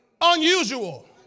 Unusual